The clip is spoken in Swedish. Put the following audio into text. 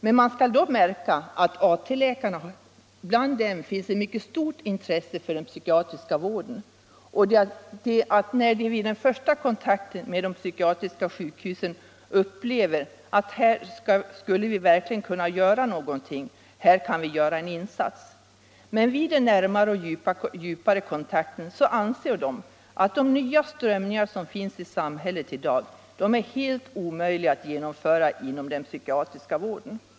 Dock är att märka att det bland AT-läkarna finns ett mycket stort intresse för den psykiatriska vården och att de vid sina första kontakter med de psykiatriska sjukhusen upplever det som om de här verkligen skulle kunna göra en insats. Men vid den närmare och djupare kontakten finner man att de nya strömningar som finns i samhället i dag är helt omöjliga att tillgodose inom den psykiatriska vården.